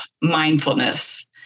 mindfulness